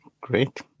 great